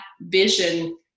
vision